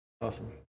Awesome